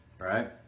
right